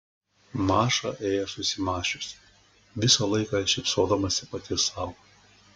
maša ėjo susimąsčiusi visą laiką šypsodamasi pati sau